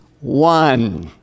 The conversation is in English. one